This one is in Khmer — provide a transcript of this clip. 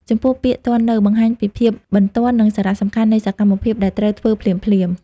ចំពោះពាក្យ ទាន់នៅ បង្ហាញពីភាពបន្ទាន់ និងសារៈសំខាន់នៃសកម្មភាពដែលត្រូវធ្វើភ្លាមៗ។